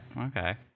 okay